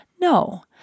No